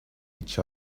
each